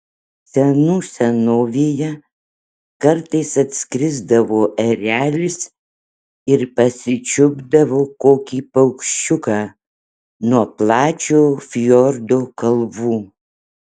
senų senovėje kartais atskrisdavo erelis ir pasičiupdavo kokį paukščiuką nuo plačiojo fjordo kalvų